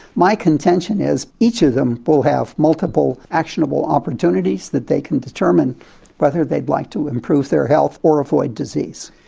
my contention is each of them will have multiple actionable opportunities that they can determine whether they'd like to improve their health or avoid disease.